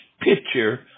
picture